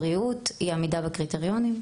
בריאות,